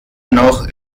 noch